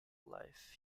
life